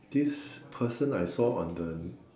this person I saw on the